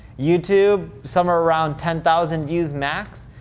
youtube, somewhere around ten thousand views max.